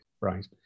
right